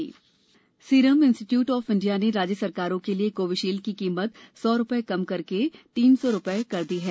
serum Covid कीमत serum institute of India ने राज्य सरकारों के लिए कोविशील्ड की कीमत सौ रुपये कम करके तीन सौ रुपये कर कर दी है